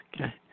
Okay